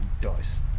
dice